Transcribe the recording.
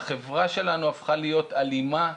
החברה שלנו הפכה להיות אלימה,